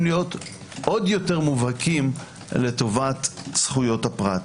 להיות עוד יותר מובהקים לטובת זכויות הפרט.